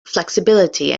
flexibility